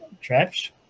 traps